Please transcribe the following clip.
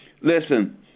Listen